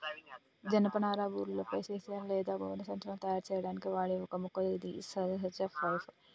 జనపనార burlap, hessian లేదా గోనె సంచులను తయారు సేయడానికి వాడే ఒక మొక్క గిది సహజ ఫైబర్